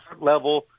level